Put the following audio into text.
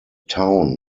town